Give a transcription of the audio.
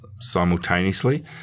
simultaneously